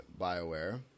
Bioware